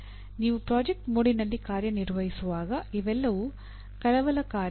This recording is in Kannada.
ನೀವು ಪ್ರಾಜೆಕ್ಟ್ ಮೋಡ್ನಲ್ಲಿ ಕಾರ್ಯನಿರ್ವಹಿಸುವಾಗ ಇವೆಲ್ಲವೂ ಕಳವಳಕಾರಿ